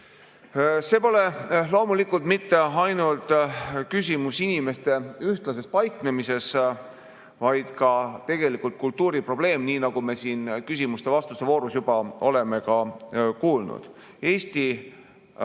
Siin pole loomulikult mitte ainult küsimus inimeste ühtlases paiknemises, vaid on ka kultuuri probleem, nii nagu me siin küsimuste-vastuste voorus oleme juba kuulnud. Eesti